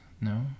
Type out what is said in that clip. No